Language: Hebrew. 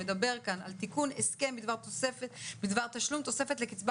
שמדבר על תיקון הסכם בדבר תשלום תוספת לקצבה